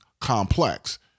complex